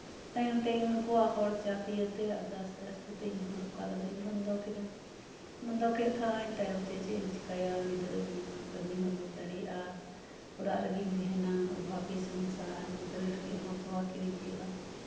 ᱛᱟᱭᱚᱢ ᱛᱮ ᱩᱱᱠᱩᱣᱟᱜ ᱦᱚᱲ ᱪᱟᱯ ᱤᱭᱟᱹᱛᱮ ᱟᱫᱚ ᱟᱥᱛᱮᱼᱟᱥᱛᱮ ᱛᱮ ᱟᱫᱚ ᱫᱚᱠᱟᱱ ᱤᱧᱦᱚᱸᱧ ᱵᱚᱱᱫᱚ ᱠᱮᱫᱟ ᱵᱚᱱᱫᱚ ᱠᱮᱫ ᱠᱷᱟᱡ ᱛᱟᱭᱚᱢ ᱛᱮ ᱪᱮᱫ ᱤᱧ ᱪᱤᱠᱟᱹᱭᱟ ᱜᱤᱫᱽᱨᱟᱹ ᱱᱤᱭᱮ ᱠᱟᱹᱢᱤ ᱦᱚᱸ ᱵᱟᱹᱧ ᱫᱟᱲᱮᱭᱟᱜᱼᱟ ᱚᱲᱟᱜ ᱨᱮᱜᱮᱧ ᱛᱟᱦᱮᱸᱱᱟ ᱚᱵᱷᱟᱵᱤ ᱥᱚᱝᱥᱟᱨ ᱜᱤᱫᱽᱨᱟᱹ ᱞᱟᱹᱜᱤᱫ ᱦᱚᱸ ᱛᱚᱣᱟ ᱠᱤᱨᱤᱧ ᱦᱩᱭᱩᱜᱼᱟ